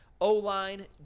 O-line